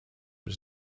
was